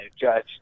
judge